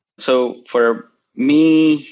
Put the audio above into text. so for me,